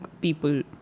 people